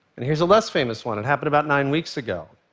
and here's a less famous one. it happened about nine weeks ago.